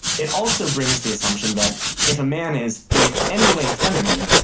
it also brings the assumption that if a man is in any way feminine,